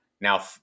now